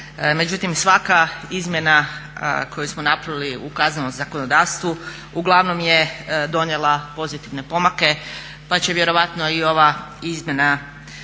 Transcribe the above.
Međutim, svaka izmjena koju smo napravili u kaznenom zakonodavstvu uglavnom je donijela pozitivne pomake pa će vjerojatno i ova izmjena